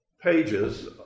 pages